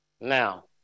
Now